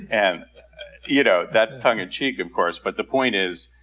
and you know that's tongue of cheek of course. but the point is,